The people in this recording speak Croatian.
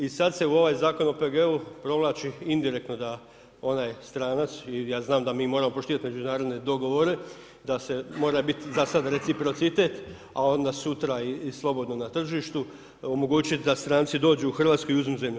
I sad se u ovaj Zakon o OPG-u provlači indirektno da onaj stranac i ja znam da mi moramo poštivati međunarodne dogovore, da mora bit za sad reciprocitet, a onda sutra slobodno na tržištu omogućiti da stranci dođu u Hrvatsku i uzmu zemlju.